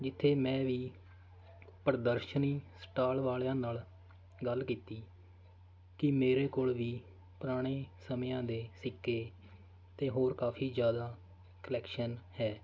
ਜਿੱਥੇ ਮੈਂ ਵੀ ਪ੍ਰਦਰਸ਼ਨੀ ਸਟਾਲ ਵਾਲਿਆਂ ਨਾਲ ਗੱਲ ਕੀਤੀ ਕਿ ਮੇਰੇ ਕੋਲ ਵੀ ਪੁਰਾਣੇ ਸਮਿਆਂ ਦੇ ਸਿੱਕੇ ਅਤੇ ਹੋਰ ਕਾਫੀ ਜ਼ਿਆਦਾ ਕਲੈਕਸ਼ਨ ਹੈ